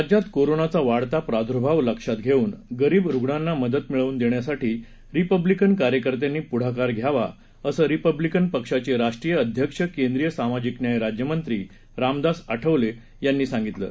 राज्यात कोरोनाचा वाढता प्रादुर्भव लक्षात घेऊन गरीब रुग्णांना मदत मिळवून देण्यासाठी रिपब्लिकन कार्यकर्त्यांनी पुढाकार घ्यावा असं रिपब्लिकन पक्षाचे राष्ट्रीय अध्यक्ष केंद्रीय सामाजिक न्याय राज्यमंत्री रामदास आठवले यांनी सांगितलं आहे